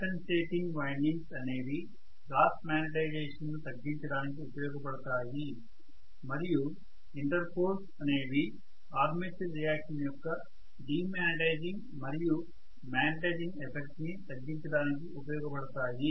compensating windings అనేవి cross magnetisation ను తగ్గించడానికి ఉపయోగపడతాయి మరియు ఇంటర్ పోల్స్ అనేవి ఆర్మేచర్ రియాక్షన్ యొక్క డి మాగ్నెటైజింగ్ మరియు మాగ్నెటైజింగ్ ఎఫెక్ట్ ని తగ్గించడానికి ఉపయోగపడతాయి